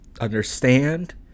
understand